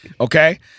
Okay